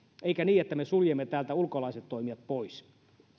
eikä niin että me suljemme täältä ulkolaiset toimijat pois